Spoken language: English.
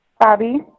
Bobby